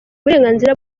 uburenganzira